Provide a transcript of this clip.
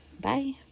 Bye